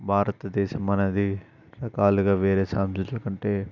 భారతదేశం అనేది రకాలుగా వేరే సాంస్కృతులు అంటే